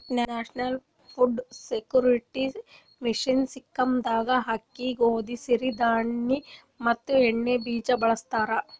national food security mission scheme ದಾಗ ಅಕ್ಕಿ, ಗೋದಿ, ಸಿರಿ ಧಾಣಿ ಮತ್ ಎಣ್ಣಿ ಬೀಜ ಬೆಳಸ್ತರ